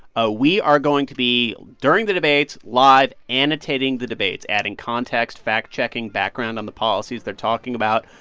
ah we are going to be, during the debates, live annotating the debates adding context, fact-checking background on the policies they're talking about.